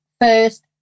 first